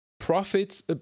profits